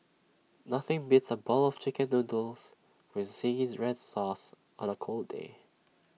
nothing beats A bowl of Chicken Noodles with Zingy Red Sauce on A cold day